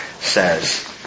says